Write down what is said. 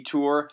Tour